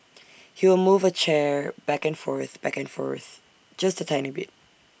he will move A chair back and forth back and forth just A tiny bit